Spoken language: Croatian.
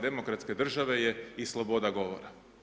demokratske države je i sloboda govora.